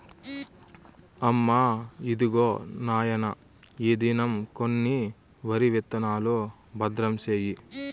అమ్మా, ఇదిగో నాయన ఈ దినం కొన్న వరి విత్తనాలు, భద్రం సేయి